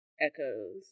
Echoes